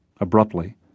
Abruptly